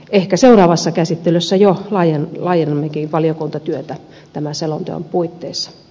ehkä seuraavassa käsittelyssä jo laajennammekin valiokuntatyötä tämän selonteon puitteissa